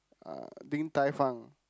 uh Din Tai Fung